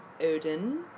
Odin